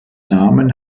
namen